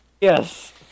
Yes